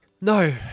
No